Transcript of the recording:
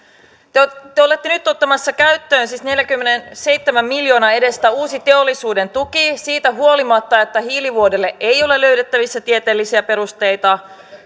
te olette nyt ottamassa käyttöön siis neljänkymmenenseitsemän miljoonan edestä uutta teollisuuden tukea siitä huolimatta että hiilivuodolle ei ole löydettävissä tieteellisiä perusteita